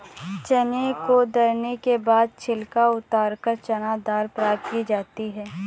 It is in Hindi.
चने को दरने के बाद छिलका उतारकर चना दाल प्राप्त की जाती है